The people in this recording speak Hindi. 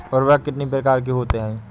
उर्वरक कितनी प्रकार के होता हैं?